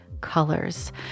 colors